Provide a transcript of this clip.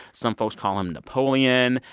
some folks call him napoleon.